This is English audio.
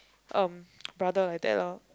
um brother like that lor